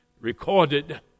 recorded